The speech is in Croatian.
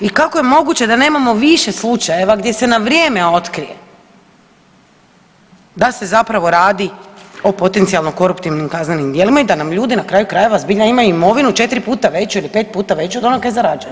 I kako je moguće da nemamo više slučajeva gdje se na vrijeme otkrije da se zapravo radi o potencijalno-koruptivnim kaznenim dijelima i da nam ljudi na kraju krajeva zbilja imaju imovinu 4 puta veću ili 5 puta veću od onog što zarađuju.